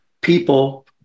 people